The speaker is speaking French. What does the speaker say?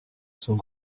sont